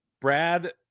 Brad